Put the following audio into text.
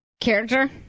character